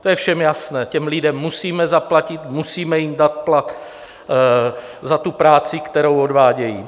To je všem jasné, těm lidem musíme zaplatit, musíme jim dát plat za práci, kterou odvádějí.